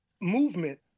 movement